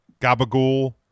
gabagool